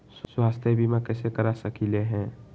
स्वाथ्य बीमा कैसे करा सकीले है?